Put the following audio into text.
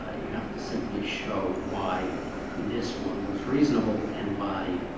ah you have to simply show why this one was reasonable and by